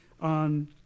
on